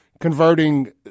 converting